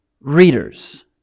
readers